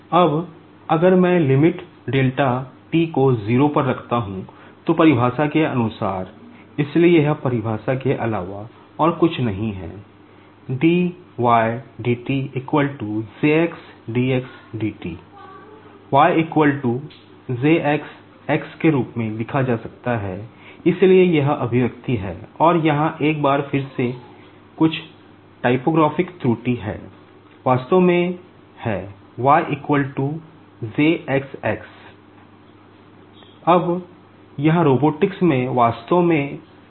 अब अगर मैं लिमिट डेल्टा t को 0 पर रखता हूं तो परिभाषा के अनुसार इसलिए यह परिभाषा के अलावा और कुछ नहीं है dYdt J dXdt Y J X